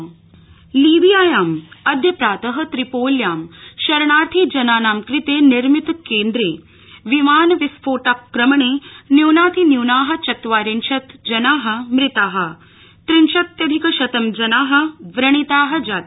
Libya लीबियांयां अद्य प्रात त्रिपोल्यां शरणार्थिजनानां कृते निर्मित केन्द्रे विमान विस्फोटाक्रमणे न्यूनातिन्यूना चत्वारिंशत् जना मृता त्रिंशत्यधिकशतम् जना व्रणिता जाता